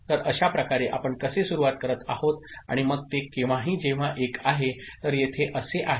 तर अशाप्रकारे आपण कसे सुरूवात करत आहोत आणि मग ते केव्हाही जेव्हा एक आहे तर येथे असे आहे